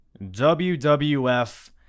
WWF